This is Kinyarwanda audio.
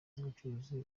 z’ubuvuzi